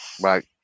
Right